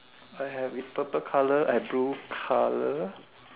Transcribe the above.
I have purple color blue color